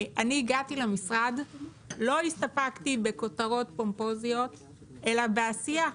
אני הגעתי למשרד ולא הספקתי בכותרות פומפוזיות אלא בעשייה.